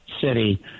city